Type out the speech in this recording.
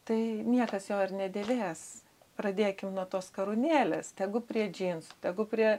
tai niekas jo ir nedėvės pradėkim nuo tos karūnėlės tegu prie džinsų tegu prie